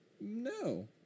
no